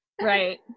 Right